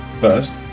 First